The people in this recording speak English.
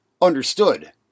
understood